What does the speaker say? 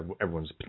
everyone's